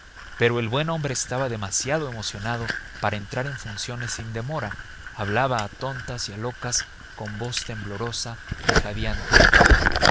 pero el buen hombre estaba demasiado emocionado para entrar en funciones sin demora hablaba a tontas y a locas con voz temblorosa y